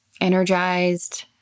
energized